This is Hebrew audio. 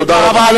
תודה רבה.